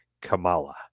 Kamala